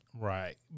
Right